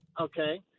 Okay